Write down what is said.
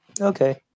Okay